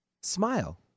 smile